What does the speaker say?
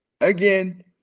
again